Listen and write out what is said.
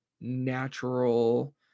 natural